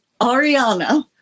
Ariana